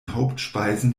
hauptspeisen